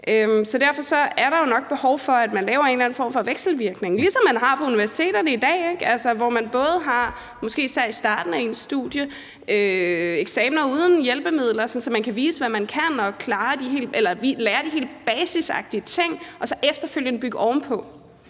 Derfor er der jo nok behov for, at man laver en eller anden form for vekselvirkning, ligesom man har på universiteterne i dag, altså hvor man måske især i starten af sit studie har eksamener uden hjælpemidler, sådan at man kan vise, hvad man kan, og lære de helt basale ting og så efterfølgende bygge ovenpå.